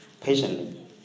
patiently